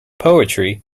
poetry